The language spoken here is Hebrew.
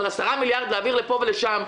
אבל 10 מיליארד להעביר לפה ולשם,